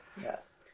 Yes